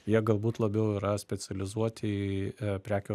jie galbūt labiau yra specializuoti prekių